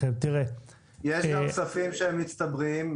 יש גם כספים שהם מצטברים,